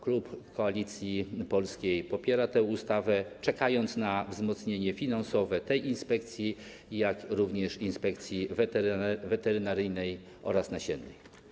Klub Koalicji Polskiej popiera tę ustawę, czekając na wzmocnienie finansowe tej inspekcji, jak również Inspekcji Weterynaryjnej oraz nasiennej.